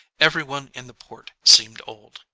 everyone in the port seemed old.